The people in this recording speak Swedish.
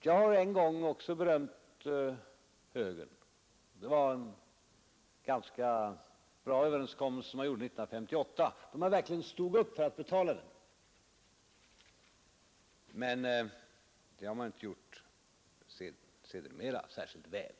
Jag har en gång också berömt högern. Det var en ganska bra överenskommelse som man gjorde 1958, då man verkligen stod upp för att betala den, men det har man sedermera inte gjort särskilt väl.